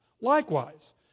Likewise